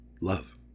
love